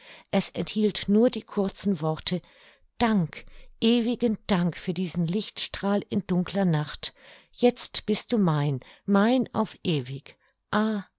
es enthielt nur die kurzen worte dank ewigen dank für diesen lichtstrahl in dunkler nacht jetzt bist du mein mein auf ewig